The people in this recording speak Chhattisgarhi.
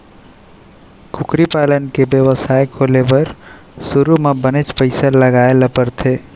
कुकरी पालन के बेवसाय खोले बर सुरू म बनेच पइसा लगाए ल परथे